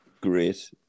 great